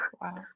Wow